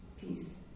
peace